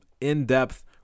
in-depth